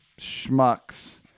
schmucks